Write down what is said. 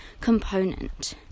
component